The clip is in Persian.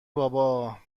بابا